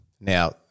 Now